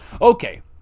Okay